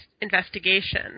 investigation